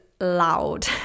loud